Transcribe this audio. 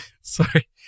Sorry